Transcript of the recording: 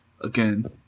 Again